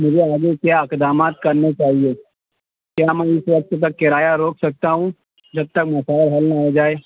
مجھے آگے کیا اقدامات کرنے چاہیے کیا میں اس ہفتے تک کرایہ روک سکتا ہوں جب تک مسائل حل نہ ہوجائیں